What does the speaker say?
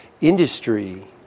industry